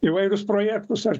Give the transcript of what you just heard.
įvairius projektus ar